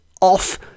off